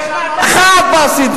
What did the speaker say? מה,